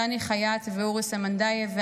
דני חייט ואורי סמנדייב,